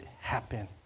happen